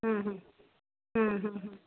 हम्म हम्म